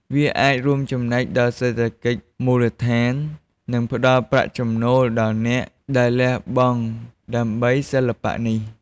វាអាចរួមចំណែកដល់សេដ្ឋកិច្ចមូលដ្ឋាន និងផ្តល់ប្រាក់ចំណូលដល់អ្នកដែលលះបង់ដើម្បីសិល្បៈនេះ។